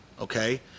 okay